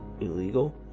illegal